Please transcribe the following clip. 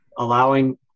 Allowing